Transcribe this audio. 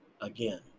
again